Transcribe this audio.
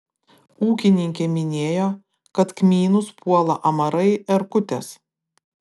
ūkininkė minėjo kad kmynus puola amarai erkutės